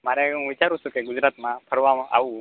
મારે હું વિચારું છું કે ગુજરાતમાં ફરવામાં આવું